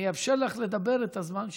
אני אאפשר לך לדבר בזמן שלך.